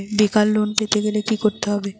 বেকার লোন পেতে গেলে কি করতে হবে?